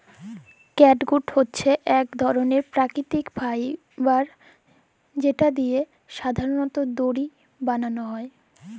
catgut হছে ইক ধরলের পাকিতিক ফাইবার যেট দিঁয়ে সাধারলত দড়ি বালাল হ্যয়